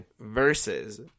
Versus